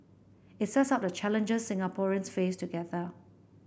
it sets out the challenges Singaporeans face together